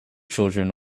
children